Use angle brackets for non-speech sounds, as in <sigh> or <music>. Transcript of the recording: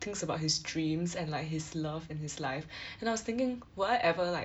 thinks about his dreams and like his love and his life <breath> and I was thinking will I ever like